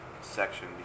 section